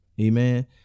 Amen